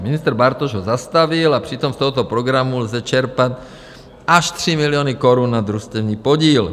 Ministr Bartoš ho zastavil, a přitom z tohoto programu lze čerpat až 3 miliony korun na družstevní podíl.